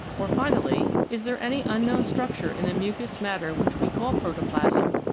or, finally, is there any unknown structure in the mucous matter which we call protoplasm,